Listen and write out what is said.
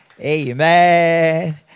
Amen